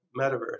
metaverse